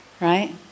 right